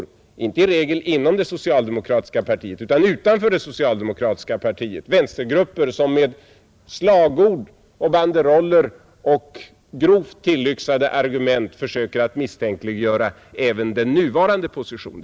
Den förs i regel inte inom det socialdemokratiska partiet utan utanför detta, av vänstergrupper som med slagord, banderoller och grovt tillyxade argument försöker att misstänkliggöra även den nuvarande positionen.